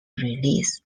release